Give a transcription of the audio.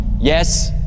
Yes